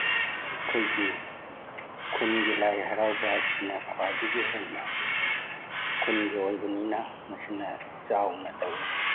ꯑꯩꯈꯣꯏꯒꯤ ꯈꯨꯟꯒꯤ ꯂꯥꯏ ꯍꯔꯥꯎꯕ ꯑꯁꯤꯅ ꯈ꯭ꯋꯥꯏꯗꯒꯤ ꯍꯦꯟꯅ ꯈꯨꯟꯒꯤ ꯑꯣꯏꯕꯅꯤꯅ ꯃꯁꯤꯅ ꯆꯥꯎꯅ ꯇꯧꯋꯤ